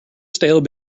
stale